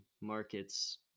markets